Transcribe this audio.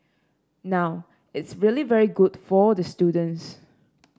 now it's really very good for the students